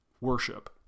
worship